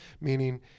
meaning